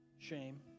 shame